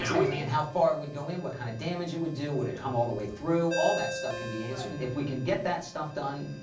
and we need. how far it would go in. what kind of damage it would do. would it come all the way through? all that stuff can be answered. and if we can get that stuff done.